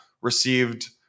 Received